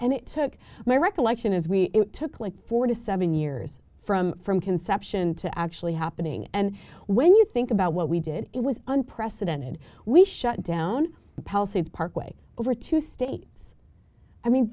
and it took my recollection is we took like four to seven years from from conception to actually happening and when you think about what we did it was unprecedented we shut down palisades park way over two states i mean